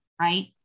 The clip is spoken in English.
right